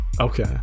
Okay